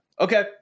Okay